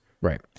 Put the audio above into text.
Right